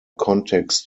context